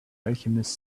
alchemist